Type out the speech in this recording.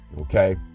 okay